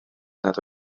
nad